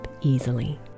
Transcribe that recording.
easily